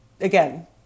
again